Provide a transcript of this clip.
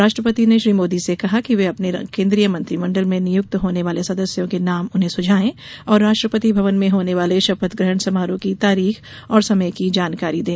राष्ट्रपति ने श्री मोदी से कहा कि वे अपने केन्द्रीय मंत्रिमंडल में नियुक्त होने वाले सदस्यों के नाम उन्हें सुझाएं और राष्ट्रपति भवन में होने वाले शपथ ग्रहण समारोह की तारीख और समय की जानकारी दें